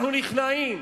אנחנו נכנעים.